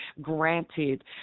granted